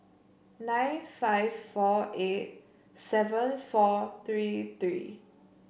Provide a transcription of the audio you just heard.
nine five four eight seven four three three